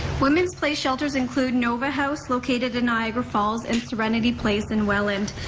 women's place shelters include nova house, located in niagara falls and serenity place in welland.